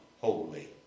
holy